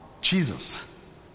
Jesus